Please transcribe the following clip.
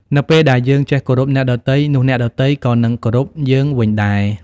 នៅពេលដែលយើងចេះគោរពអ្នកដទៃ នោះអ្នកដទៃក៏នឹងគោរពយើងវិញដែរ។